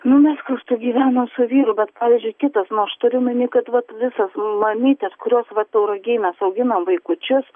nu mes kartu gyvenam su vyru bet pavyzdžiui kitos nu aš turiu omeny kad vat visas mamytes kurios vat tauragėj mes auginam vaikučius